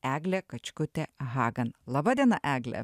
eglė kačkutė hagan laba diena egle